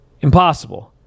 Impossible